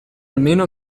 almeno